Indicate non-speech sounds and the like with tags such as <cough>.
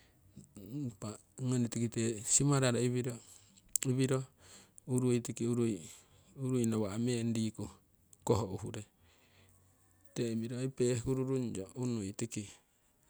<hesitation> impa ngoni tikite simararo iwiro, iwiro urui tiki urui nawa' meng riku koh uhure tikite imiro pehkuru rungyo unui tiki